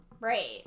Right